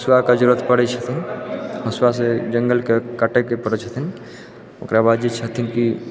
हसुआके जरूरत पड़ै छथिन हसुआसँ जङ्गलके कटैके पड़ै छथिन ओकराबाद जे छथिन की